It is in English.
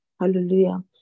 Hallelujah